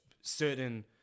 certain